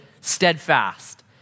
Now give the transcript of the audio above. steadfast